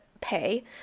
pay